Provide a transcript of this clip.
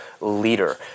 leader